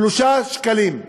3 שקלים.